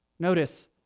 Notice